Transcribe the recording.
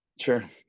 Sure